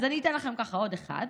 אז אני אתן לכם עוד אחד.